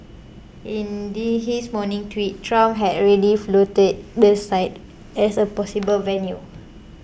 in the his morning tweet Trump had already floated the site as a possible venue